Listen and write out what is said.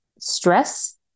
Stress